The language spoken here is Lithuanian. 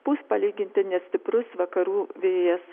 pūs palyginti nestiprus vakarų vėjas